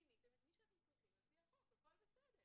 מיניתם את מי שאתם צריכים על פי החוק והכול בסדר.